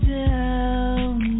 down